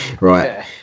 right